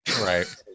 right